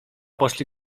poszli